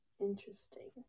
interesting